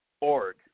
org